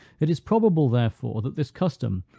it is probable, therefore, that this custom,